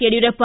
Yediyurappa